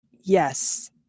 Yes